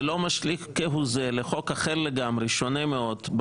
זה לא משליך כהוא זה לחוק אחר לגמרי, שונה מאוד.